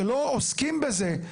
שלא עוסקים בזה,